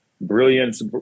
brilliance